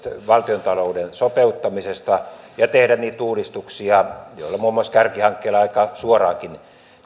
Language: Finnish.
valtiontalouden sopeuttamisesta ja tehdä niitä uudistuksia joilla muun muassa kärkihankkeilla aika suoraankin